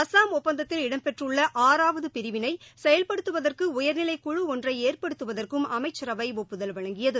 அஸ்ஸாம் ஒப்பந்ததில் இடம்பெற்றுள்ள பிரிவினை செயல்படுத்துவதற்கு உயர்நிலைக்குழு ஒன்றை ஏ ற் ப டுத்துவதற் கும் அமைச்சரவை ஒப்புதல் வழங்கியது